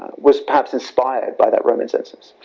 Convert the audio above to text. was perhaps inspired by that roman census.